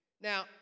Now